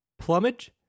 plumage